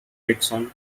dixon